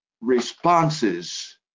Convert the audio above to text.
responses